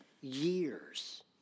years